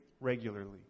Regularly